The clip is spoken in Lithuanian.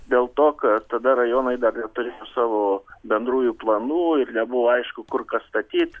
dėl to kad tada rajonai dar neturėjo savo bendrųjų planų ir nebuvo aišku kur ką statyt